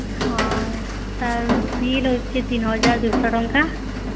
ହଁ ଇଟା ବିଲ୍ ହଉଛେ ତିନ୍ହଜାର୍ ଦୁଇ ଶହ ଟଙ୍କା